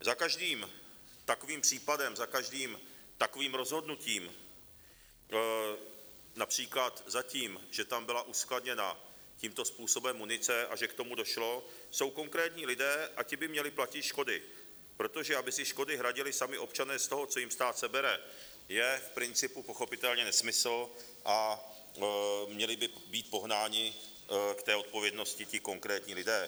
Za každým takovým případem, za každým takovým rozhodnutím, například za tím, že tam byla uskladněna tímto způsobem munice a že k tomu došlo, jsou konkrétní lidé a ti by měli platit škody, protože aby si škody hradili sami občané z toho, co jim stát sebere, je v principu pochopitelně nesmysl a měli by být pohnáni k odpovědnosti konkrétní lidé.